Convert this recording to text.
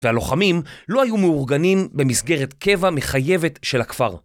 והלוחמים לא היו מאורגנים במסגרת קבע מחייבת של הכפר.